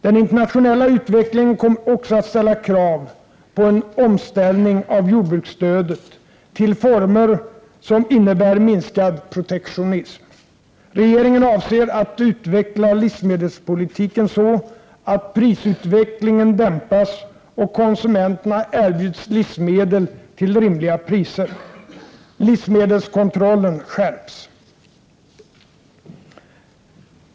Den internationella utvecklingen kommer också att ställa krav på en omställning av jordbruksstödet till former som innebär minskad protektionism. Regeringen avser att utveckla livsmedelspolitiken så att prisutvecklingen dämpas och konsumenterna erbjuds livsmedel till rimliga priser. Livsmedelskontrollen skärps.